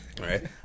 right